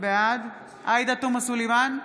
בעד עאידה תומא סלימאן,